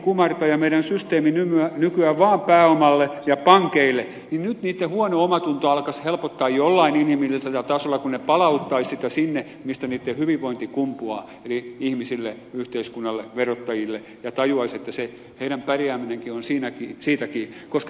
kun tämä eukin ja meidän systeemimme kumartavat nykyään vaan pääomalle ja pankeille niin nyt niitten huono omatunto alkaisi helpottaa jollain inhimillisellä tasolla kun ne palauttaisivat sitä sinne mistä niitten hyvinvointi kumpuaa eli ihmisille yhteiskunnalle verottajille ja tajuaisivat että se heidän pärjäämisensäkin on siitä kiinni